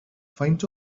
faint